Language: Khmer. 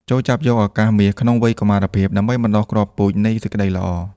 ចូរចាប់យកឱកាសមាសក្នុងវ័យកុមារភាព ដើម្បីបណ្ដុះគ្រាប់ពូជនៃសេចក្ដីល្អ។